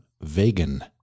vegan